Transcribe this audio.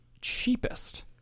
cheapest